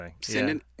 sending